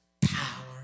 power